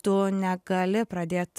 tu negali pradėt